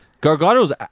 Gargano's